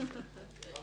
שיהיה לכם בהצלחה.